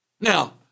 Now